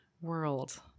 world